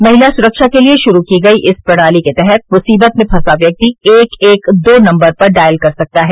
महिला सुरक्षा के लिए शुरू की गई इस प्रणाली के तहत मुसीबत में फंसा व्यक्ति एक एक दो नम्बर पर डायल कर सकता है